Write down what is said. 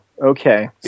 okay